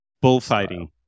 Bullfighting